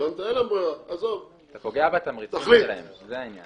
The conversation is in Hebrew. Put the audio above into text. אתה פוגע בתמריצים שלהם, זה העניין.